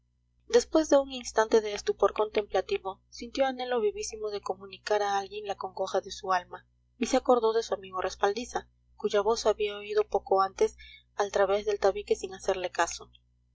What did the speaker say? después de un instante de estupor contemplativo sintió anhelo vivísimo de comunicar a alguien la congoja de su alma y se acordó de su amigo respaldiza cuya voz había oído poco antes al través del tabique sin hacerle caso